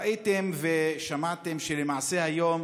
ראיתם ושמעתם שלמעשה היום